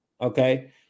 Okay